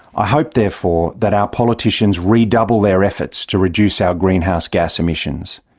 i hope, therefore, that our politicians redouble their efforts to reduce our greenhouse gas emissions.